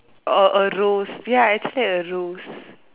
or a rose ya actually a rose